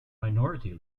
minority